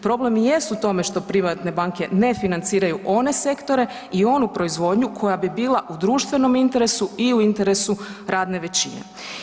Problem i jest u tome što privatne banke ne financiraju one sektore i onu proizvodnju koja bi bila u društvenom interesu i u interesu radne većine.